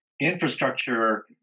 infrastructure